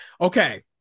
Okay